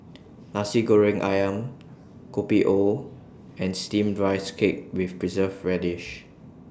Nasi Goreng Ayam Kopi O and Steamed Rice Cake with Preserved Radish